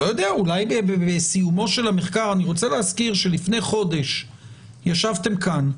אני רוצה להזכיר שלפני חודש ישבתם כאן,